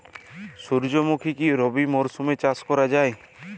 সুর্যমুখী কি রবি মরশুমে চাষ করা যায়?